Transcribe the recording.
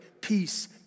peace